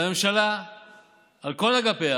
הרי הממשלה על כל אגפיה